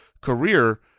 career